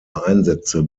einsätze